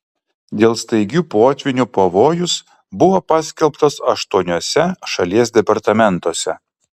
dėl staigių potvynių pavojus buvo paskelbtas aštuoniuose šalies departamentuose